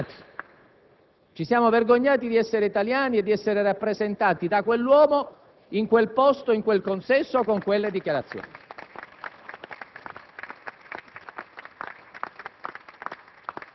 ci siamo vergognati di essere italiani, di essere rappresentati da quell'uomo in quel consesso, da quelle dichiarazioni!